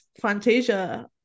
Fantasia